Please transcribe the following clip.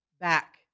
back